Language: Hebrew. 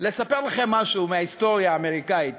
לספר לכם משהו מההיסטוריה האמריקנית.